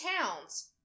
towns